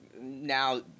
now